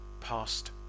past